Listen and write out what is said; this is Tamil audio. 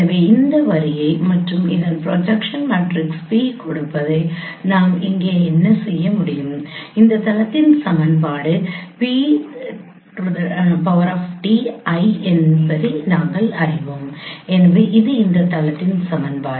எனவே இந்த வரியைக் மற்றும் இந்த ப்ரொஜெக்ஷன் மேட்ரிக்ஸ் P கொடுத்ததை நாம் இங்கே என்ன செய்ய முடியும் இந்த தளத்தின் சமன்பாடு PTl என்பதை நாங்கள் அறிவோம் எனவே இது இந்த தளத்தின் சமன்பாடு